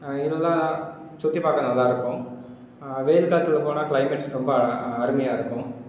இதெலாம் சுற்றி பார்க்க நல்லாயிருக்கும் வெயில் காலத்தில் போனால் கிளைமேட் ரொம்ப அருமையாக இருக்கும்